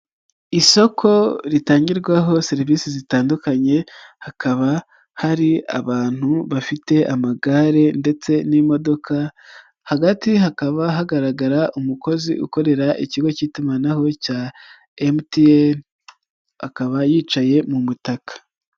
Isoko ritangirwaho serivisi zitandukanye hakaba hari abantu bafite amagare ndetse n'imodoka, hagati hakaba hagaragara umukozi ukorera ikigo k'itumanaho cya MTN akaba yicaye mu mutaka.